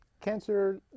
cancer